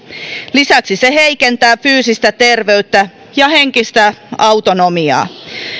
lisäksi se heikentää fyysistä terveyttä ja henkistä autonomiaa